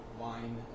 wine